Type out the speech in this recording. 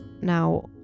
now